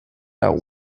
out